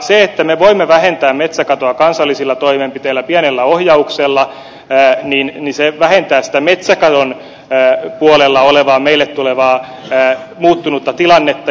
se että me voimme vähentää metsäkatoa kansallisilla toimenpiteillä pienellä ohjauksella vähentää sitä metsäkadon puolella olevaa meille tulevaa muuttunutta tilannetta